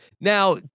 Now